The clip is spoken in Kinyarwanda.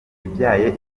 ibyaye